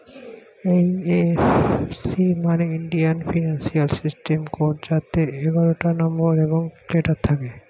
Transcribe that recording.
এই F C মানে Indian financial system code যাতে এগারোটা নম্বর এবং লেটার থাকে